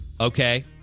okay